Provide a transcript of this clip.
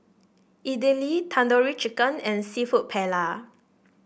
Idili Tandoori Chicken and seafood Paella